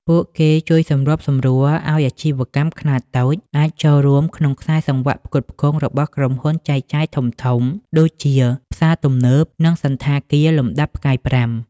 ពួកគេជួយសម្របសម្រួលឱ្យអាជីវកម្មខ្នាតតូចអាចចូលរួមក្នុងខ្សែសង្វាក់ផ្គត់ផ្គង់របស់ក្រុមហ៊ុនចែកចាយធំៗ ដូចជាផ្សារទំនើប និងសណ្ឋាគារលំដាប់ផ្កាយប្រាំ។